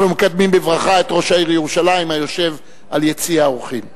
אני מברך את חבר הכנסת ד"ר נחמן שי על הצעת החוק שלו,